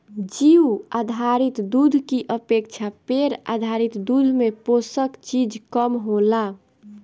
जीउ आधारित दूध की अपेक्षा पेड़ आधारित दूध में पोषक चीज कम होला